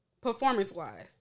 Performance-wise